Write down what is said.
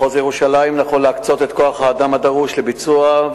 מחוז ירושלים יכול להקצות את כוח-האדם הדרוש לביצוע,